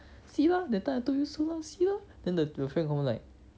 see lah that time I told you so lah see lah then your friend confirm like